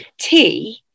Tea